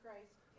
Christ